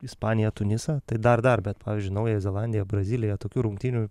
ispaniją tunisą tai dar dar bet pavyzdžiui naująją zelandiją braziliją tokių rungtynių